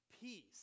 Peace